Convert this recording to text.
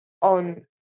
on